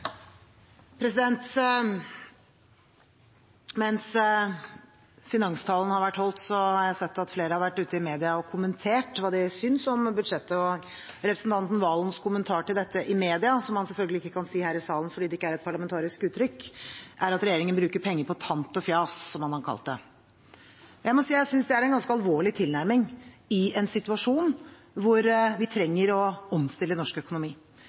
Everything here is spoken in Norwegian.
Mens finanstalen har vært holdt, har jeg sett at flere har vært ute i media og kommentert hva de synes om budsjettet. Representanten Serigstad Valens kommentar til dette i media – som han selvfølgelig ikke kan si her i salen fordi det ikke er et parlamentarisk uttrykk – er at regjeringen bruker penger på «tant og fjas», som han har kalt det. Jeg må si jeg synes det er en ganske alvorlig tilnærming i en situasjon hvor vi trenger å omstille norsk økonomi,